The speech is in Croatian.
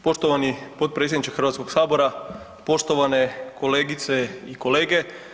Poštovani potpredsjedniče Hrvatskog sabora, poštovane kolegice i kolege.